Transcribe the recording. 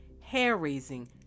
hair-raising